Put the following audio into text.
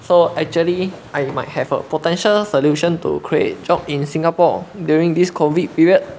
so actually I might have a potential solution to create job in singapore during this COVID period